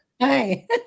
Hi